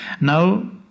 now